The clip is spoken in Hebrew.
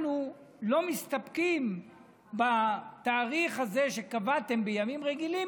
אנחנו לא מסתפקים בתאריך הזה שקבעתם בימים רגילים,